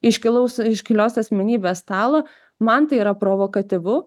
iškilaus iškilios asmenybės stalo man tai yra provokatyvu